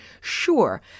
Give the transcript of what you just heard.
Sure